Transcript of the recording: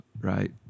right